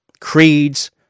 Creeds